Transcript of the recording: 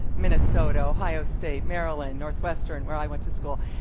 minnesota, ohio state, maryland, northwestern, where i went to school,